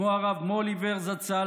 כמו הרב מוהליבר זצ"ל,